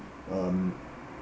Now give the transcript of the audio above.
um